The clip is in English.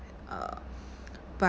err but